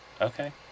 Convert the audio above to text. Okay